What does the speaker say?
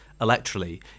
electorally